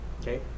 okay